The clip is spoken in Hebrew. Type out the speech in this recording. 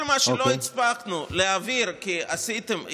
כל מה שלא הצלחנו להעביר כי עשיתם,